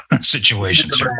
situations